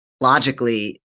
logically